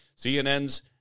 CNN's